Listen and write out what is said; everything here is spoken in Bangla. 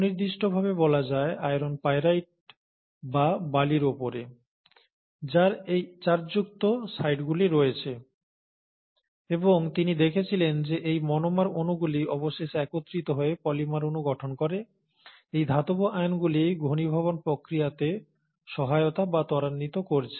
সুনির্দিষ্টভাবে বলা যায় আয়রন পাইরাইট বা বালির উপরে যার এই চার্জযুক্ত সাইটগুলি রয়েছে এবং তিনি দেখেছিলেন যে এই মনোমার অণুগুলি অবশেষে একত্রিত হয়ে পলিমার অণু গঠন করে এই ধাতব আয়নগুলি ঘনীভবন প্রক্রিয়াকে সহায়তা বা ত্বরান্বিত করছে